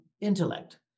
intellect